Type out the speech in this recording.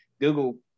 Google